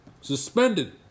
Suspended